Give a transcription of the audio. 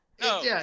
No